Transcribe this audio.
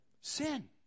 Sin